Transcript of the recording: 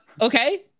Okay